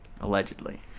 Allegedly